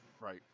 Right